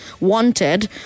wanted